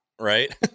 right